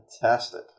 Fantastic